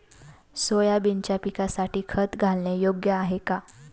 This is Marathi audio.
सोयाबीनच्या पिकासाठी खत घालणे योग्य आहे का?